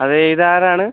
അതേ ഇതാരാണ്